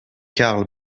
carl